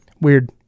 Weird